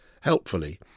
Helpfully